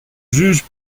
juge